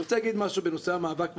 אני רוצה להגיד משהו בנושא המאבק,